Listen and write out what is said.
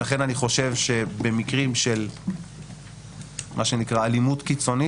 לכן אני חושב שבמקרים של מה שנקרא אלימות קיצונית,